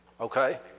Okay